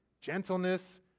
gentleness